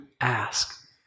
ask